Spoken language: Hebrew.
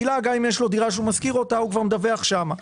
יש לו דירה שהוא משכיר אותה הוא ממילא כבר מדווח שם.